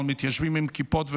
על מתיישבים עם כיפות ופאות,